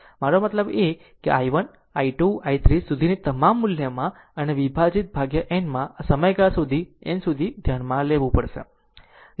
મારો મતલબ છે કે i1 I2 i3 સુધીના તમામ મૂલ્યમાં અને વિભાજિત n માં આ સમયગાળા સુધી n સુધી ધ્યાનમાં લેવું પડશે